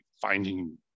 finding